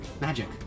magic